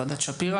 בוועדת שפירא,